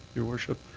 your worship,